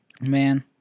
man